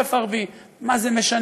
"חורף ערבי" מה זה משנה?